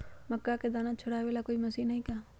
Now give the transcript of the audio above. मक्का के दाना छुराबे ला कोई मशीन हई का?